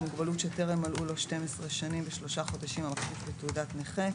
מוגבלות שטרם מלאו לו 12 שנים ושלושה חודשים המחזיק בתעודת נכה,"